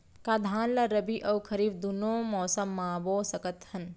का धान ला रबि अऊ खरीफ दूनो मौसम मा बो सकत हन?